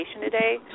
today